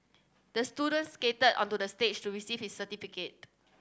the student skated onto the stage to receive his certificate